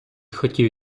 хотів